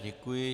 Děkuji.